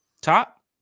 top